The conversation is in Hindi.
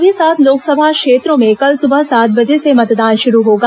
सभी सात लोकसभा क्षेत्रों में कल सुबह सात बजे से मतदान शुरू होगा